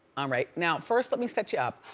alright, now first let me set you up.